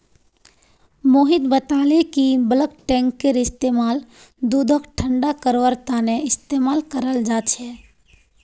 मोहित बताले कि बल्क टैंककेर इस्तेमाल दूधक ठंडा करवार तने इस्तेमाल कराल जा छे